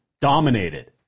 Dominated